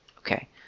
Okay